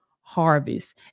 harvest